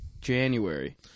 January